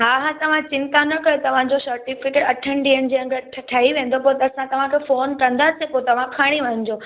हा हा तव्हां चिंता न कयो तव्हांजो सटिफिकेट अठनि ॾींहंनि जे अंदरि ठ ठही वेंदो पोइ असां तव्हांखे फ़ोन कंदासीं पोइ तव्हां खणी वञिजो